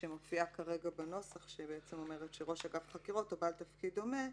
שמופיעה כרגע בנוסח שאומרת שראש אגף חקירות או בעל תפקיד דומה,